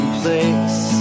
place